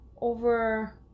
over